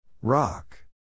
Rock